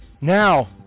Now